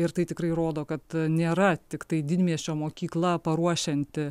ir tai tikrai rodo kad nėra tiktai didmiesčio mokykla paruošianti